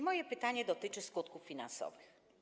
Moje pytanie dotyczy skutków finansowych.